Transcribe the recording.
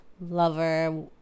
lover